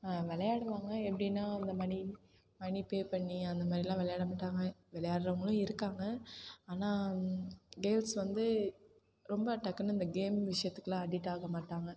விளையாடுவாங்க எப்படின்னா அந்த மனி மனி பே பண்ணி அந்தமாதிரிலாம் விளையாடமாட்டாங்க விளையாடுறவங்களும் இருக்காங்க ஆனால் கேர்ள்ஸ் வந்து ரொம்ப டக்குனு இந்த கேம் விஷயத்துக்குலாம் அடிக்ட் ஆக மாட்டாங்க